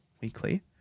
weekly